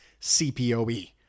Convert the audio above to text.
CPOE